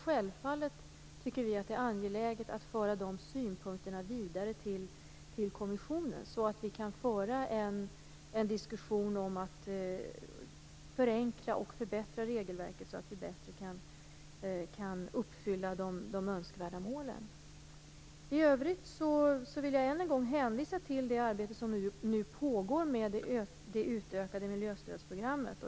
Självfallet tycker vi att det är angeläget att föra dessa synpunkter vidare till kommissionen, så att vi kan föra en diskussion om att förenkla och förbättra regelverket och därigenom bättre uppfylla de önskvärda målen. I övrigt vill jag än en gång hänvisa till det arbete som nu pågår med det utökade miljöstödsprogrammet.